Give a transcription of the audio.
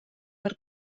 per